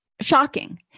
shocking